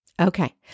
Okay